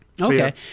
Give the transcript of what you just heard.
Okay